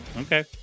Okay